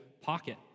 pocket